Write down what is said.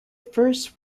first